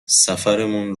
سفرمون